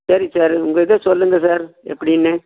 சரி சார் உங்கள் இதை சொல்லுங்கள் சார் எப்படின்னு